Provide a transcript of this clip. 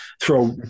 throw